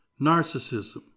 Narcissism